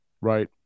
right